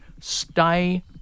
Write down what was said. stay